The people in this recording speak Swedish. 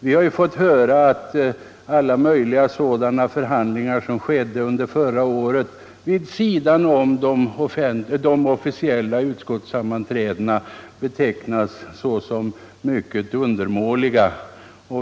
Vi har fått — medel, m.m. höra hur sådana förhandlingar som under förra året ägde rum vid sidan om de officiella utskottssammanträdena betecknats såsom mycket undermåliga.